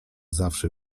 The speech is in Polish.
zawsze